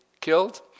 killed